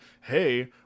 Hey